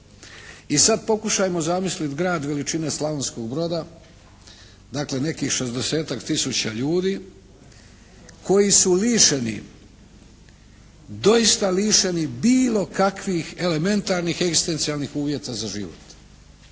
I sad pokušajmo zamisliti grad veličine Slavonskog Broda dakle nekih šezdesetak tisuća ljudi koji su lišeni, doista lišeni bilo kakvih elementarnih, egzistencijalnih uvjeta za život.